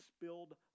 spilled